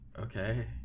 Okay